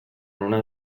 una